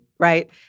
right